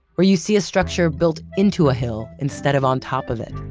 or you see a structure built into a hill instead of on top of it,